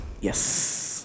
Yes